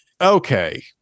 Okay